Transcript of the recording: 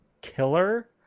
Killer